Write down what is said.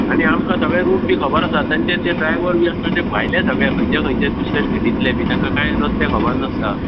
आनी आमकां सगळे रूट बी खबर आसा तांचे ते ड्रायवर बी आसता ते भायले सगळे खंयचे खंयचे दुसरे स्टेटींतले बी तांकां कांय रस्ते खबर नासता